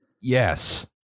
yes